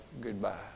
goodbye